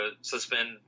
suspend